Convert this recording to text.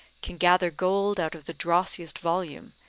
can gather gold out of the drossiest volume,